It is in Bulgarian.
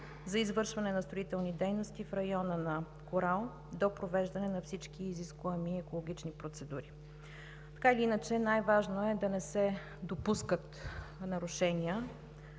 за извършване на строителни дейности в района на „Корал“ до провеждане на всички изискуеми и екологични процедури. Така или иначе най-важно е да не се допускат нарушения